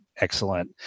excellent